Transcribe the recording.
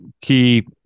key